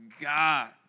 God